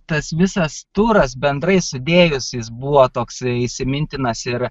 tas visas turas bendrai sudėjus jis buvo toks įsimintinas ir